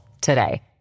today